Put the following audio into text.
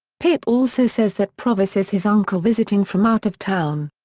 pip also says that provis is his uncle visiting from out of town.